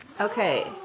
Okay